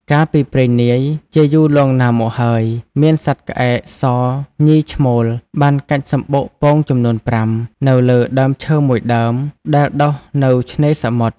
កាលពីព្រេងនាយ ជាយូរលុងណាស់មកហើយ មានសត្វក្អែកសញីឈ្មោល បានកាច់សំបុកពងចំនួន ៥ នៅលើដើមឈើមួយដើម ដែលដុះនៅឆ្នេរសមុទ្រ។